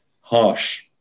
harsh